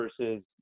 versus